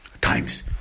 times